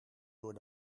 door